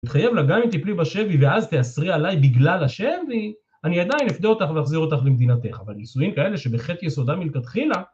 מתחייב לה, גם אם תפלי בשבי ואז תאסרי עליי בגלל השבי, אני עדיין אפדה אותך ואחזיר אותך למדינתך. אבל נישואין כאלה שבחטא יסודם מלכתחילה...